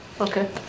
Okay